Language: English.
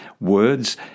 words